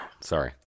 Sorry